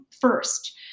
First